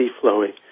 flowing